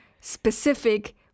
specific